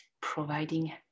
providing